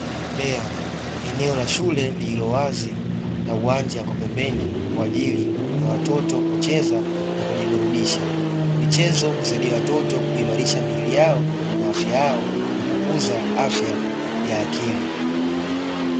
Bembea eneo la shule lililowazi na uwanja uko pembeni, kwa ajili ya watoto kucheza na kujiburudisha. Michezo husaidia watoto kuimarisha miili yao na afya yao na kukuza afya ya akili.